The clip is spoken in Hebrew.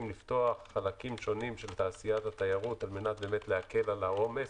לפתוח חלקים שונים של תעשיית התיירות על מנת להקל על העומס,